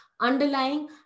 underlying